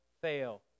fail